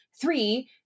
three